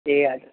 ए हजुर